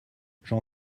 j’en